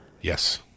Yes